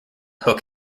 hook